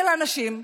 של אנשים,